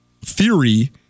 theory